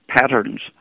patterns